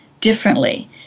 differently